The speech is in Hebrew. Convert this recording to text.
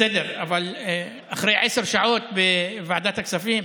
בסדר, אבל אחרי עשר שעות בוועדת הכספים,